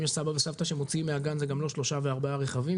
ואם יש סבא וסבתא שמוציאים מהגן אז זה גם לא שלושה וארבעה רכבים,